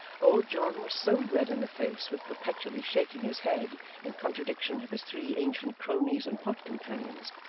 old john was so red in the face with perpetually shaking his head in contradiction of his three ancient cronies and pot companions,